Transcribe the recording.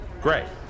Great